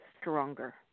stronger